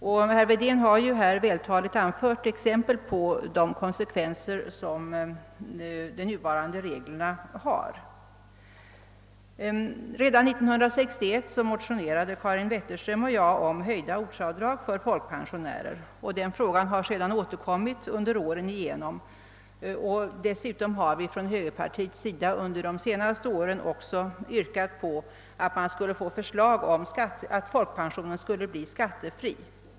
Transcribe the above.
Och herr Wedén har ju här vältaligt anfört exempel på de konsekvenser som de nuvarande reglerna har: Redan 1961 motionerade Karin Wetterström och jag om höjda ortsavdrag för folkpensionärer, och den frågan har sedan återkommit åren igenom. Dessutom har vi från högerpartiets sida under de senaste åren yrkat på framläggande av förslag om att folkpensionen skälle bli skattefri.